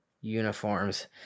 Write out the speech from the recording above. uniforms